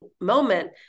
moment